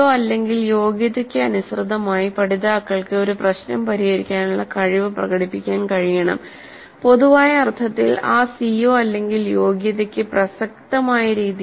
CO യോഗ്യതയ്ക്ക് അനുസൃതമായി പഠിതാക്കൾക്ക് ഒരു പ്രശ്നം പരിഹരിക്കാനുള്ള കഴിവ് പ്രകടിപ്പിക്കാൻ കഴിയണം പൊതുവായ അർത്ഥത്തിൽ ആ CO യോഗ്യതയ്ക്ക് പ്രസക്തമായ രീതിയിൽ